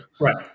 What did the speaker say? Right